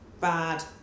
bad